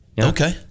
Okay